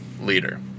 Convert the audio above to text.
leader